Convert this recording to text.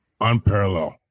unparalleled